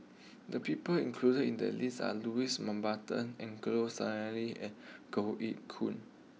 the people included in the list are Louis Mountbatten Angelo Sanelli and Goh Eck Kheng